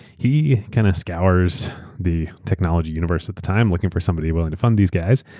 he kind of scours the technology universe at the time, looking for somebody willing to fund these guys,